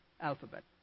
alphabet